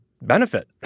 benefit